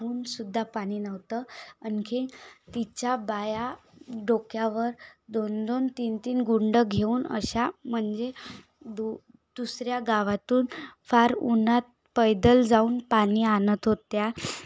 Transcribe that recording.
बूंदसुद्धा पाणी नव्हतं आणखीन तिच्या बाया डोक्यावर दोनदोन तीनतीन गुंड घेऊन अशा म्हणजे दु दुसऱ्या गावातून फार उन्हात पैदल जाऊन पाणी आणत होत्या